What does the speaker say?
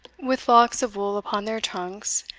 with locks of wool upon their trunks,